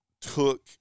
took